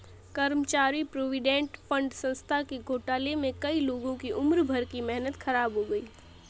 कर्मचारी provident fund संस्था के घोटाले में कई लोगों की उम्र भर की मेहनत ख़राब हो गयी